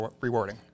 rewarding